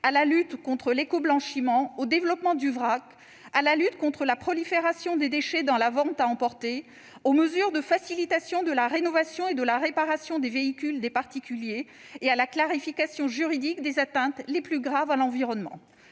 à la lutte contre l'écoblanchiment, au développement du vrac, au combat contre la prolifération des déchets dans la vente à emporter, aux mesures de facilitation de la rénovation et de la réparation des véhicules des particuliers et à la clarification juridique des atteintes les plus graves à l'environnement.